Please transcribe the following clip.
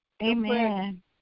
Amen